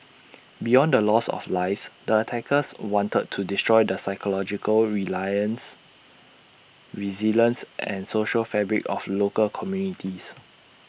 beyond the loss of lives the attackers wanted to destroy the psychological realization resilience and social fabric of local communities